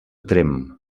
tremp